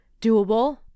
doable